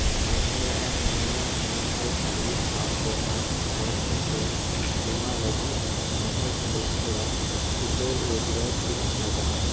Mahindra and Mahindra financial services ᱥᱟᱶ corona virus insurance ᱵᱤᱢᱟ ᱞᱟᱹᱜᱤᱫ ᱢᱟᱹᱱᱦᱟᱹᱠᱤᱭᱟᱹ ᱛᱷᱚᱲᱟ ᱩᱛᱟᱹᱨ ᱨᱚᱡᱜᱟᱨ ᱛᱤᱱᱟᱹᱜ ᱞᱟᱜᱟᱜᱼᱟ